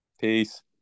Peace